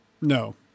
No